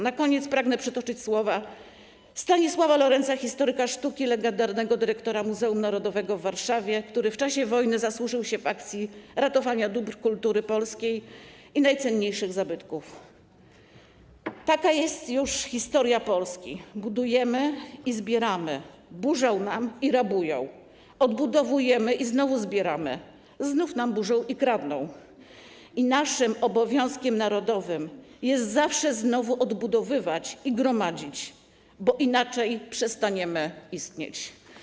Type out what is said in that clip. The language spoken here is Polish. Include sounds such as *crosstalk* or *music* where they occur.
Na koniec pragnę przytoczyć słowa *noise* Stanisława Lorentza, historyka sztuki, legendarnego dyrektora Muzeum Narodowego w Warszawie, który w czasie wojny zasłużył się w akcji ratowania dóbr kultury polskiej i najcenniejszych zabytków: „Taka już jest historia Polski: budujemy i zbieramy, burzą nam i rabują, odbudowujemy i znowu zbieramy, znów nam burzą i kradną - i naszym obowiązkiem narodowym jest zawsze znowu odbudowywać i gromadzić, bo inaczej przestaniemy istnieć”